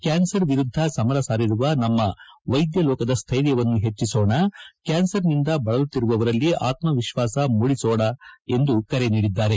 cancer ವಿರುದ್ಧ ಸಮರ ಸಾರಿರುವ ನಮ್ಮ ವೈದ್ಯಲೋಕದ ಶ್ವೈರ್ಯವನ್ನು ಹೆಚ್ಚಿಸೋಣ ಕ್ಯಾನ್ಸರ್ ನಿಂದ ಬಳಲುತ್ತಿರುವವರಲ್ಲಿ ಆತ್ಪವಿಶ್ವಾಸ ಮೂಡಿಸೋಣ ಎಂದು ಕರೆ ನೀಡಿದ್ದಾರೆ